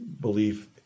belief